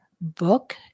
book